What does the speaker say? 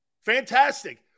Fantastic